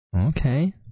Okay